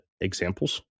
examples